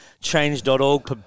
change.org